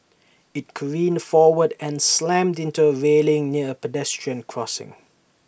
IT careened forward and slammed into A railing near A pedestrian crossing